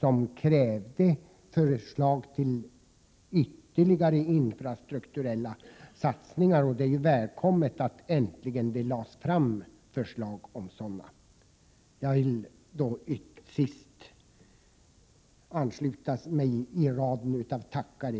Vi krävde förslag till ytterligare infrastrukturella satsningar. Det är ju välkommet att förslag på sådana satsningar äntligen har lagts fram. Till sist vill jag ansluta mig till raden av tackare.